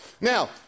Now